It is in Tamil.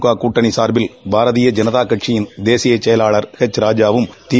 க கூட்டணி சார்பில் பாரதீய ஜெனதா கட்சியின் தேசிய செயலாளர் ராஜாவும் தி